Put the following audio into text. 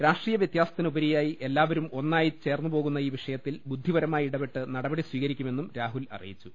രാഷ്ട്രീയ വൃത്യാസത്തിന് ഉപരി യായി എല്ലാവരും ഒന്നായി ചേർന്നുപോകുന്ന ഈ വിഷയത്തിൽ ബുദ്ധിപരമായി ഇടപെട്ട് നടപടി സ്വീകരിക്കുമെന്നും രാഹുൽ അറി യിച്ചു